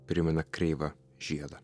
primena kreivą žiedą